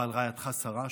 ועל רעייתך שרה,